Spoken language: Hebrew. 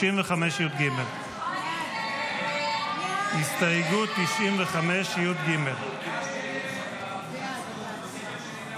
95יג. הסתייגות 95יג. הסתייגות 95 לחלופין יג לא